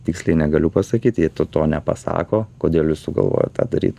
tiksliai negaliu pasakyt jie to to nepasako kodėl jie sugalvojo tą daryti